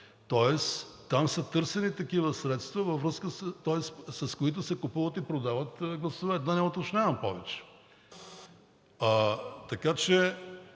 тоест там са търсили такива средства, с които се купуват и продават гласове. Да не уточнявам повече.